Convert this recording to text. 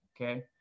okay